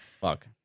Fuck